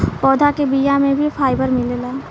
पौधा के बिया में भी फाइबर मिलेला